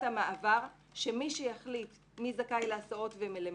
המעבר שמי שיחליט מי זכאי להסעות ולמלווה,